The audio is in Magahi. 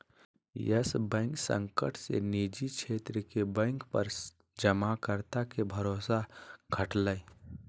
यस बैंक संकट से निजी क्षेत्र के बैंक पर जमाकर्ता के भरोसा घटलय